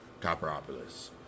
Copperopolis